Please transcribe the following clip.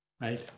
Right